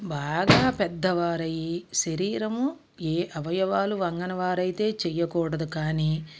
బాగా పెద్దవారై శరీరము ఏ అవయవాలు వంగనివారైతే చేయకూడదు కానీ